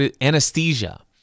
anesthesia